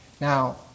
Now